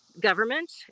Government